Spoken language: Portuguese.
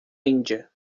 índia